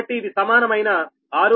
కాబట్టి ఇది సమానమైన 6